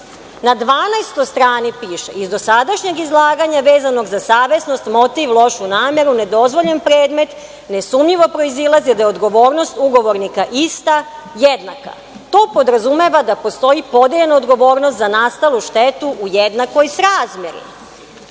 12 strani piše - iz dosadašnjeg izlaganja piše vezanog za savesnost, motiv, lošu nameru, nedozvoljen predmet, nesumnjivo proizilazi da je odgovornost ugovornika ista, jednaka. To podrazumeva da postoji podeljena odgovornost za nastalu štetu u jednakoj srazmeri. Zatim